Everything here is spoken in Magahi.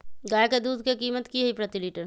गाय के दूध के कीमत की हई प्रति लिटर?